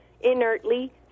inertly